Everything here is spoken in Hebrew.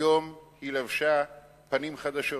היום היא לבשה פנים חדשות.